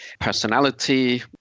personality